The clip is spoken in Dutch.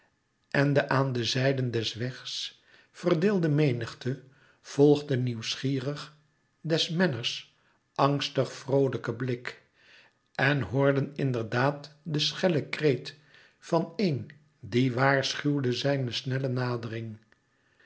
en de aan de zijden des wegs verdeelde menigte volgde nieuwsgierig des menners angstig vroolijken blik en hoorde in der daad den schellen kreet van éen die waarschuwde zijne snelle